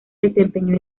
desempeñó